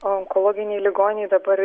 onkologiniai ligoniai dabar